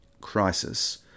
crisis